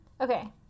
Okay